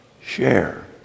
Share